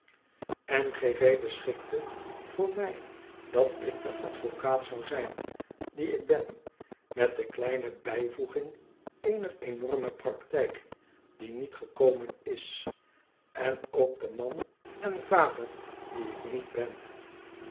m g v beschikte voor mij dat ik de advocaat zou zijn die ik ben met de kleine bijvoeging eener enorme practijk die niet gekomen is en ook de man en vader die ik niet ben